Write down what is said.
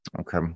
Okay